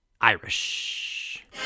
Irish